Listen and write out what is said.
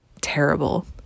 terrible